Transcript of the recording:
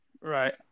Right